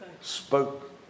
Spoke